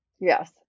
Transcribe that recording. Yes